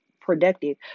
productive